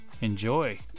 Enjoy